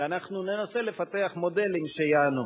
ואנחנו ננסה לפתח מודלים שיענו.